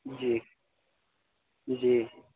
جی جی